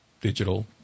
digital